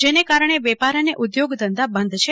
જેને કારણે વેપાર અને ઉઘોગ ધંધા બંધ છે